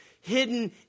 hidden